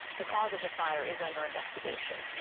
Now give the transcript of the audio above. the cause of the fire is under investigation.